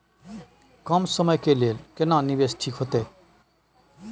कम समय के लेल केना निवेश ठीक होते?